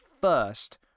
first